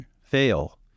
fail